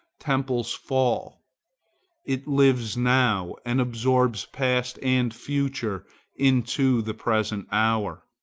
temples fall it lives now, and absorbs past and future into the present hour.